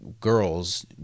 girls